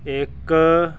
ਇੱਕ